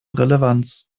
relevanz